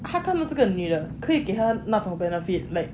他看到这个女的可以给他那种 benefit like